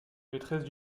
maîtresse